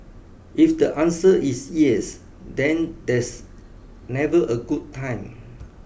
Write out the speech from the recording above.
if the answer is yes then there's never a good time